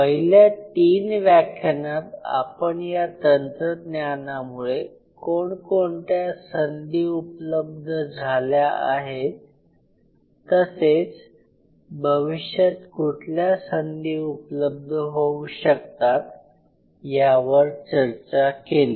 पहिल्या तीन व्याख्यानात आपण या तंत्रज्ञानामुळे कोणकोणत्या संधी उपलब्ध झाल्या आहेत तसेच भविष्यात कुठल्या संधी उपलब्ध होऊ शकतात यावर चर्चा केली